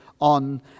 on